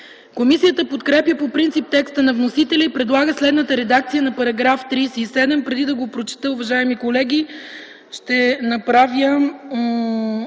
Комисията подкрепя по принцип текста на вносителя и предлага следната редакция на § 39,